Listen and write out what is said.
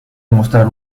demostrar